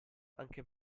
anche